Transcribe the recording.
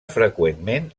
freqüentment